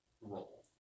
role